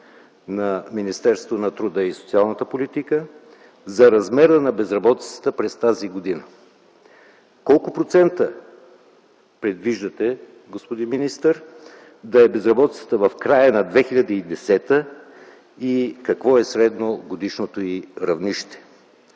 на Министерството на труда и социалната политика за размера на безработицата през тази година. Колко процента предвиждате, господин министър, да е безработицата в края на 2010 г. и какво е средногодишното й равнище?